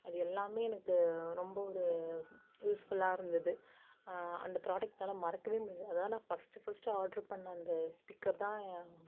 அது எல்லாமே எனக்கு ரொம்ப ஒரு யூஸ் ஃபுல்லாக இருந்தது அந்த ப்ராடக்ட் என்னால் மறக்கவே முடியலை அதைத்தான் நான் ஃபஸ்ட் ஃபஸ்ட் ஆடரு பண்ணேன் அந்த ஸ்பீக்கர் தான்